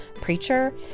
preacher